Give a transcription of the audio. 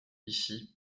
ici